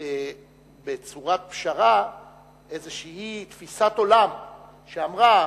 בצורת פשרה איזושהי תפיסת עולם שאמרה: